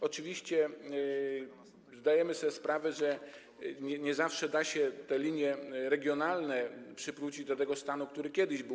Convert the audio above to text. Oczywiście zdajemy sobie sprawę, że nie zawsze da się te linie regionalne przywrócić do takiego stanu, jaki kiedyś był.